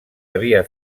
havia